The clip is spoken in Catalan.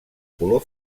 color